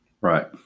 Right